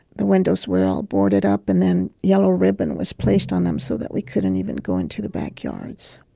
the windows were all boarded up and then yellow ribbon was placed on them so that we couldn't even go into the backyards.